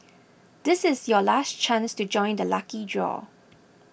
this is your last chance to join the lucky draw